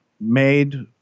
made –